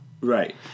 Right